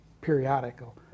periodical